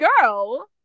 Girl